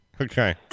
Okay